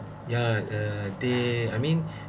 yeah uh uh they I mean